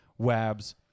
Wabs